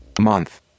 month